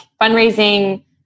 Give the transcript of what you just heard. fundraising